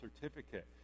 certificate